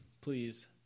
please